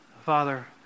father